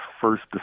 first